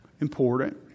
important